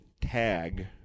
Tag